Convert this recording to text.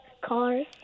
cars